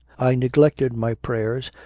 i neglected my prayers,